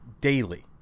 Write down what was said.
daily